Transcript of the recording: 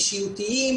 אישיותיים,